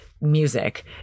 music